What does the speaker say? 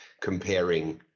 comparing